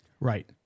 Right